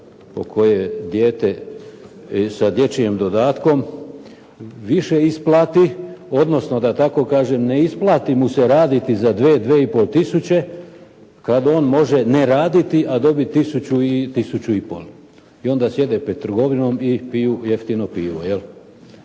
ima koje dijete sa dječjim dodatkom više isplati, odnosno da tako kažem ne isplati mu se raditi za 2, 2,5 tisuće, kada on može ne raditi i dobiti tisuću ili tisuću i pol. I onda sjedne pred trgovinom i piju jeftino pivo, jel.